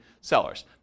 sellers